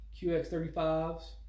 QX35s